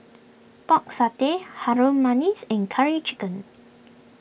Pork Satay Harum Manis and Curry Chicken